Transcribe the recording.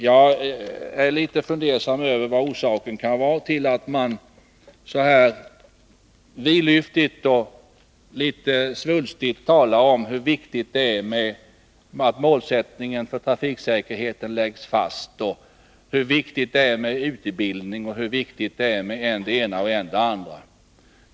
Jag är litet fundersam över vad orsaken kan vara till att man så här vidlyftigt och litet svulstigt talar om hur viktigt det är att målsättningen för trafiksäkerheten läggs fast, hur viktigt det är med utbildning och med än det ena, än det andra.